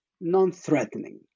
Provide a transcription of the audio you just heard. non-threatening